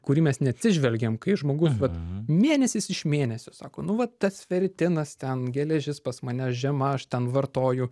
kurį mes neatsižvelgiam kai žmogus vat mėnesis iš mėnesio sako nu va tas feritinas ten geležis pas mane žiema aš ten vartoju